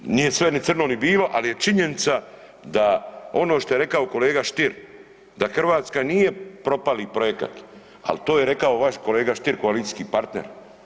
Nije sve, nije sve ni crno ni bilo, al je činjenica da ono što je rekao kolega Stier da Hrvatska nije propali projekat, al to je rekao vaš kolega Stier koalicijski partner.